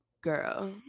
girl